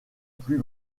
plus